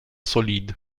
solide